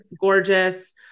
gorgeous